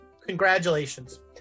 Congratulations